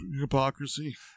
Hypocrisy